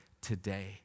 today